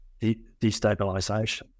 destabilization